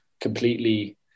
completely